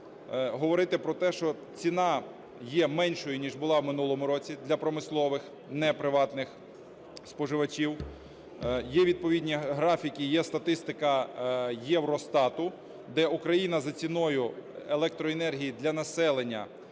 говорити про те, що ціна є меншою, ніж була в минулому році, для промислових неприватних споживачів. Є відповідні графіки, є статистика Євростату, де Україна за ціною електроенергії для населення